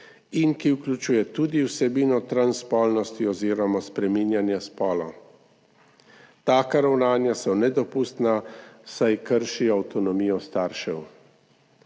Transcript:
ki vključujejo tudi vsebino transspolnosti oziroma spreminjanja spola. Taka ravnanja so nedopustna, saj kršijo avtonomijo staršev.